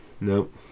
Nope